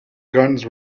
guns